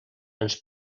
ens